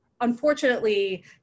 unfortunately